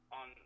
on